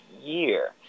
year